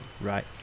right